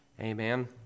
Amen